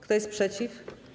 Kto jest przeciw?